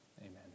amen